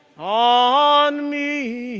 on me,